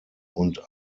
und